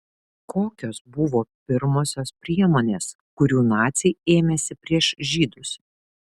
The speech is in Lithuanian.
kokios buvo pirmosios priemonės kurių naciai ėmėsi prieš žydus